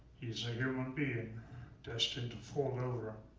he is a human being destined to fall over.